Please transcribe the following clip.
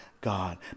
God